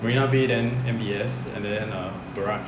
marina bay then M_B_S and then err barrage